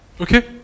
okay